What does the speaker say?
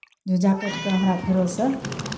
जे जैकेटके हमरा फेरोसँ